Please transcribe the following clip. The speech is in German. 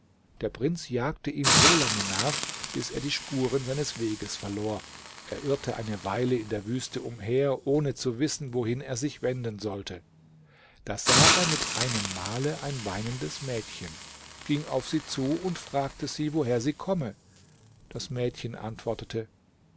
der prinz jagte ihm so lange nach bis er die spuren seines weges verlor er irrte eine weile in der wüste umher ohne zu wissen wohin er sich wenden sollte da sah er mit einem male ein weinendes mädchen ging auf sie zu und fragte sie woher sie komme das mädchen antwortete